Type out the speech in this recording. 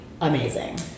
amazing